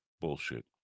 bullshit